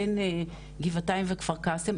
בין גבעתיים וכפר קאסם,